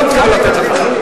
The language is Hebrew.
אני לא מתכוון לתת לך.